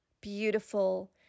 beautiful